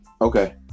Okay